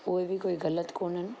उहे बि कोई ग़लति कोन आहिनि